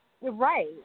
right